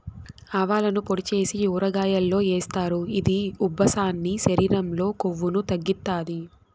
ఆవాలను పొడి చేసి ఊరగాయల్లో ఏస్తారు, ఇది ఉబ్బసాన్ని, శరీరం లో కొవ్వును తగ్గిత్తాది